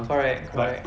correct correct